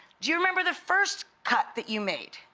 do you remember the first cut that you made?